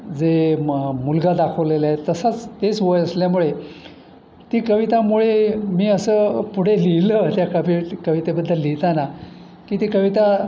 जे म मुलगा दाखवलेला आहे तसाच तेच वय असल्यामुळे ती कवितामुळे मी असं पुढे लिहिलं त्या कवि कवितेबद्दल लिहिताना की ती कविता